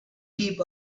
keep